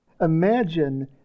Imagine